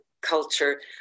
culture